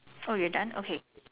oh we are done okay